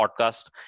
podcast